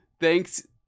Thanks